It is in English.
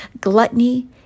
Gluttony